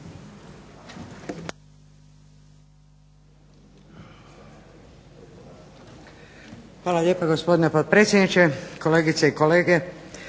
Hvala lijepa gospodine potpredsjedniče, kolegice i kolege.